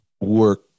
work